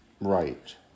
Right